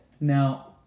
Now